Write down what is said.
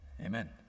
Amen